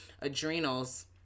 Adrenals